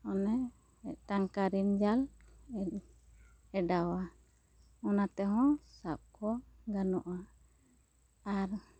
ᱚᱱᱮ ᱢᱤᱫ ᱴᱟᱝ ᱠᱟᱹᱨᱤᱢ ᱡᱟᱞ ᱮᱰᱟᱣᱟ ᱚᱱᱟᱛᱮᱦᱚ ᱥᱟᱵ ᱠᱚ ᱜᱟᱱᱚᱜᱼᱟ ᱟᱨ